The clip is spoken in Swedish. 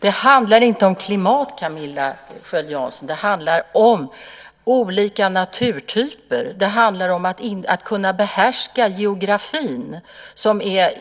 Det handlar inte om klimat, Camilla Sköld Jansson, utan det handlar om olika naturtyper, om att kunna behärska geografin som är